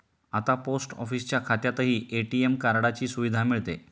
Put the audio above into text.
आता पोस्ट ऑफिसच्या खात्यातही ए.टी.एम कार्डाची सुविधा मिळते